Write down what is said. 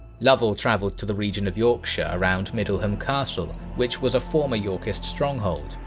lovell travelled to the region of yorkshire around middleham castle, which was a former yorkist stronghold,